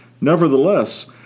Nevertheless